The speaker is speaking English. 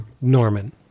Norman